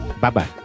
Bye-bye